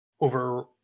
over